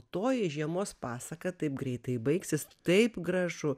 toji žiemos pasaka taip greitai baigsis taip gražu